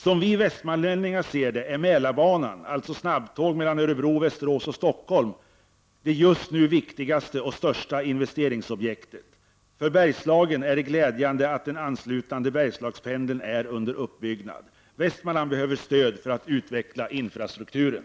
Som vi västmanlänningar ser det är Mälarbanan — alltså snabbtåg mellan Örebro, Västerås och Stockholm — det just nu viktigaste och största investeringsobjektet. För Bergslagen är det glädjande att den anslutande Bergslagspendeln är under utbyggnad. Västmanland behöver stöd för att utveckla infrastrukturen!